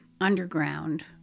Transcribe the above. underground